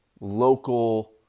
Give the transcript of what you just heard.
local